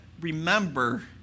remember